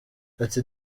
ati